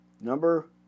Number